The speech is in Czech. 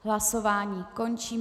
Hlasování končím.